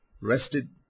rested